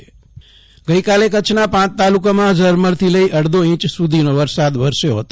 જગદીશ વૈશ્નવ વરસાદ ગઇ કાલે કચ્છના પાંચ તાલુકામાં ઝરમરથી લઇ અડધો ઇંચ સુધીનો વરસાદ વરસ્યો હતો